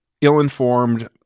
ill-informed